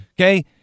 Okay